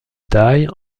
taille